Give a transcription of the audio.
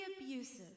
abusive